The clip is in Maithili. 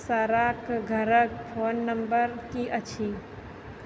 साराके घरक फोन नंबर की अछि